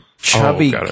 chubby